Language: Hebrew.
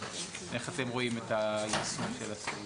איך אתם רואים את היישום של הסעיף?